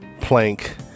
Plank